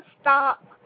stop